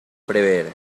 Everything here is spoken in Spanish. prever